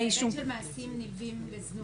לא, בהיבט של מעשים נלווים לזנות.